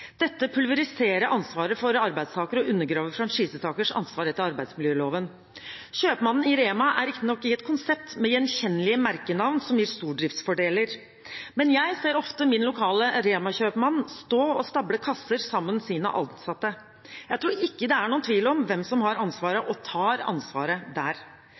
Dette pulveriserer ansvaret for arbeidstakere og undergraver franchisetakers ansvar etter arbeidsmiljøloven. Kjøpmannen i REMA er riktignok i et konsept med gjenkjennelige merkenavn som gir stordriftsfordeler, men jeg ser ofte min lokale REMA-kjøpmann stå og stable kasser sammen med sine ansatte. Jeg tror ikke det er noen tvil om hvem som har ansvaret – og tar ansvaret – der.